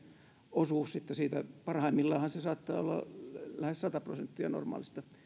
osuus sitten on siitä parhaimmillaanhan se saattaa olla lähes sata prosenttia normaalista